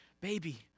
baby